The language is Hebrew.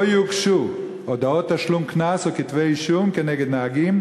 לא יוגשו הודעות תשלום קנס או כתבי-אישום כנגד נהגים